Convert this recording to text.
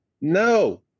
No